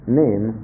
name